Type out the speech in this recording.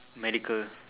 medical